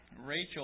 Rachel